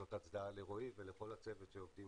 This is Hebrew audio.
זאת הצדעה לרועי ולכל הצוות שעובדים